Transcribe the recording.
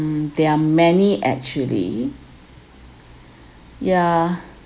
there are many actually yeah